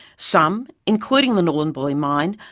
some, including the nhulunbuy mine,